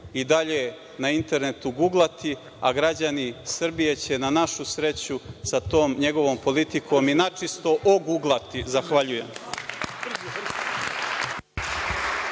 i dalje na internetu guglati, a građani Srbije će na našu sreću, sa tom njegovom politikom, i načisto oguglati. Zahvaljujem.